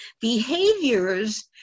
Behaviors